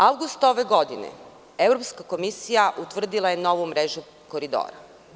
Avgusta ove godine Evropska komisija utvrdila je novu mrežu koridora.